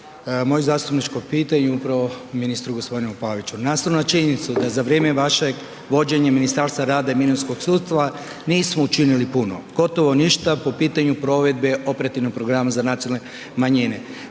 Moje zastupničko pitanje ide upravo ministru g. Pavići. Nastavno na činjenicu da za vrijeme vašeg vođenja Ministarstva rada i mirovinskog sustava nismo učinili puno, gotovo ništa po pitanju provedbe operativnog programa za nacionalne manjine,